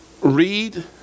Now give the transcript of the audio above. read